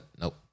Nope